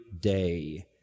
day